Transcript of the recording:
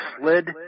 slid